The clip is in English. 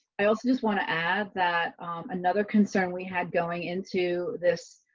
i also just want to add that another concern we had going into this.